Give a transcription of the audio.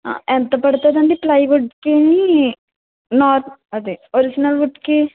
ఎంత పడుతుందండి ప్లైవుడ్కీనీ నార్ అదే ఒరిజినల్ వుడ్కి